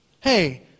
Hey